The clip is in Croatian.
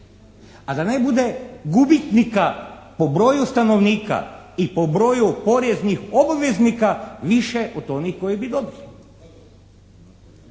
A da ne bude gubitnika po broju stanovnika i po broju poreznih obaveznika više od onih koji bi dobili.